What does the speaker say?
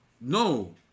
no